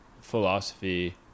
philosophy